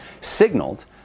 signaled